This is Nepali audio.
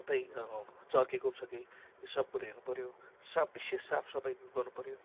कतै अब चर्किएको पो छ कि यो सब कुरो हेर्नुपऱ्यो साफ विशेष साफसफाइ गर्नुपऱ्यो